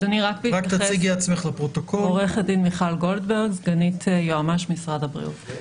אני סגנית יועמ"ש משרד הבריאות.